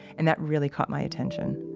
and that really caught my attention.